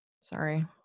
Sorry